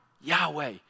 Yahweh